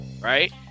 right